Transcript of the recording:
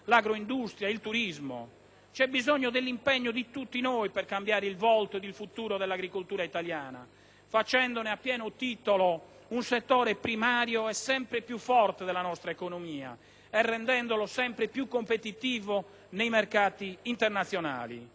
C'è bisogno dell'impegno di tutti noi per cambiare il volto e il futuro dell'agricoltura italiana, facendone a pieno titolo un settore primario e sempre più forte della nostra economia e rendendolo sempre più competitivo nei mercati internazionali.